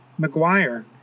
McGuire